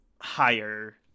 higher